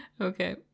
Okay